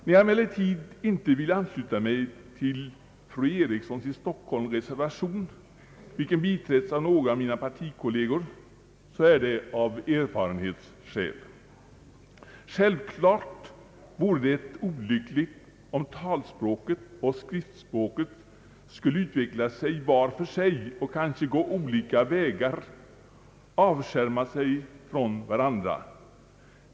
När jag emellertid inte vill ansluta mig till fru Erikssons i Stockholm reservation, vilken biträtts av några av mina partikolleger, så är det av erfarenhetsskäl. Självfallet vore det olyckligt om talspråket och skriftspråket skulle utveckla sig vart för sig och kanske gå olika vägar, avskärma sig från varandra.